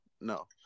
no